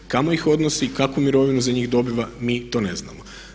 Kamo ih odnosi i kakvu mirovinu za njih dobiva mi to ne znamo.